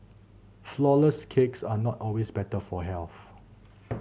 flourless cakes are not always better for health